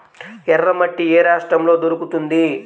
ఎర్రమట్టి ఏ రాష్ట్రంలో దొరుకుతుంది?